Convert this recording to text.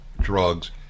drugs